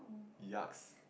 yuks